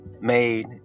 made